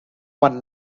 one